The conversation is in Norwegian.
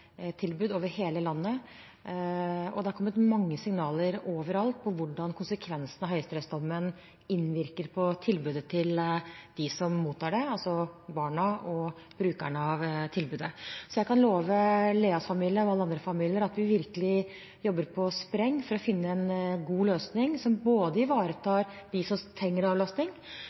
over hele landet. Det har overalt kommet mange signaler på hvordan konsekvensene av høyesterettsdommen innvirker på tilbudet til dem som mottar det, altså barna og brukerne av tilbudet. Så jeg kan love Leahs familie og alle andre familier at vi virkelig jobber på spreng for å finne en god løsning som ivaretar dem som trenger avlastning,